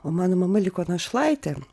o mano mama liko našlaitė